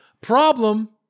problem